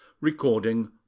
Recording